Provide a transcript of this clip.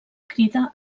crida